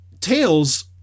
tails